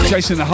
Jason